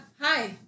hi